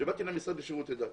כשהגעתי למשרד לשירותי דת